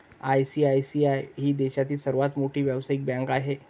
ICICI ही देशातील सर्वात मोठी व्यावसायिक बँक आहे